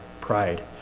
pride